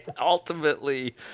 Ultimately